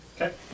Okay